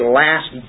last